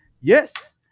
Yes